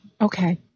Okay